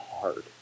hard